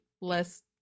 less